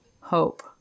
hope